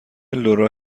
لورا